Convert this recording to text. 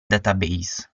database